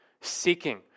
seeking